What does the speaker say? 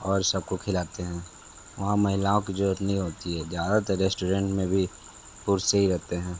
और सबको खिलाते हैं वहाँ महिलाओं की ज़रूरत नहीं होती है ज़्यादातर रेस्टोरेंट में भी पुरुष ही रहते है